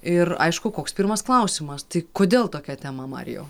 ir aišku koks pirmas klausimas tai kodėl tokia tema marijau